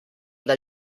del